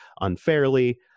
unfairly